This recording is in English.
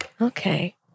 Okay